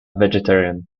vegetarian